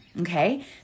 okay